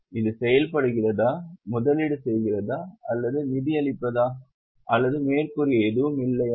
இது செயல்படுகிறதா முதலீடு செய்கிறதா அல்லது நிதியளிப்பதா அல்லது மேற்கூறிய எதுவும் இல்லையா